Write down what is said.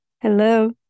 hello